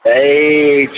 Hey